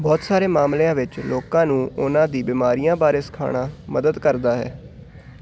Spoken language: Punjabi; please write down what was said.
ਬਹੁਤ ਸਾਰੇ ਮਾਮਲਿਆਂ ਵਿੱਚ ਲੋਕਾਂ ਨੂੰ ਉਨ੍ਹਾਂ ਦੀ ਬਿਮਾਰੀਆਂ ਬਾਰੇ ਸਿਖਾਉਣਾ ਮਦਦ ਕਰਦਾ ਹੈ